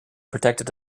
protected